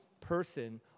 person